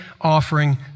offering